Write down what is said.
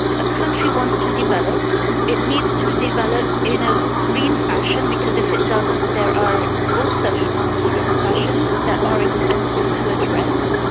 a country wants to develop, it needs to develop in a green fashion because if it doesn't there are also enormous repercussions that are expensive to address.